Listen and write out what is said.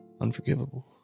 unforgivable